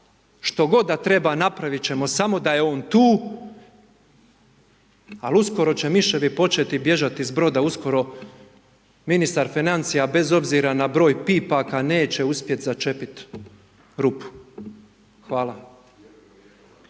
što god da treba napraviti ćemo samo da je on tu, al uskoro će miševi početi bježati s broda, uskoro ministar financija, bez obzira na broj pipaka, neće uspjeti začepiti rupu. Hvala.